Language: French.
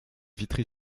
vitry